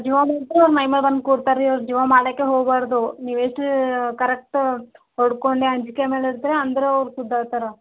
ಜೋ ಮಾಡ್ದ್ರೆ ಮೈಮ್ಯಾಗೆ ಬಂದು ಕೂಡ್ತಾರೆ ರೀ ಆವ್ರ್ಗೆ ಜೋ ಮಾಡೋಕೆ ಹೋಗ್ಬಾರ್ದು ನೀವು ಎಷ್ಟು ಕರೆಕ್ಟ್ ಹೊಡಕೊಂಡೆ ಅಂಜಿಕೆ ಮೇಲಿದ್ರೆ ಅಂದ್ರೆ ಅವ್ರು ಸುಧಾರ್ಸ್ತಾರೆ